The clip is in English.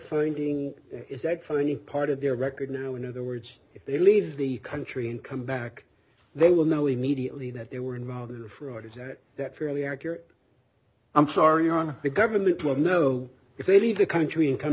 finding is that for any part of their record now in other words if they leave the country and come back they will know immediately that they were involved fraud is that that fairly accurate i'm sorry on the government would know if they leave the country and come